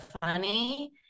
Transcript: funny